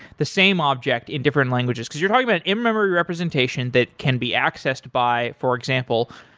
the same object in different languages, because you're talking about in-memory representation that can be accessed by, for example,